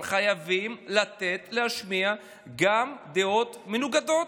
אבל חייבים לתת להשמיע גם דעות מנוגדות.